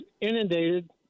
inundated